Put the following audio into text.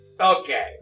Okay